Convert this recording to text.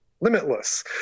limitless